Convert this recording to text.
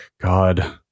God